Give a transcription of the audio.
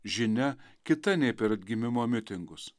žinia kita nei per atgimimo mitingus